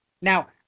Now